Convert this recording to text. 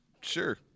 Sure